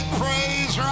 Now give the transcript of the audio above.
praise